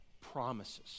promises